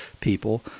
people